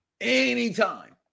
anytime